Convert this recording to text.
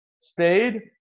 Spade